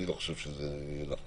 אני לא חושב שזה נכון.